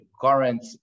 current